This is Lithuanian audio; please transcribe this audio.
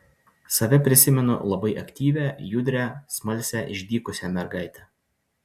save prisimenu labai aktyvią judrią smalsią išdykusią mergaitę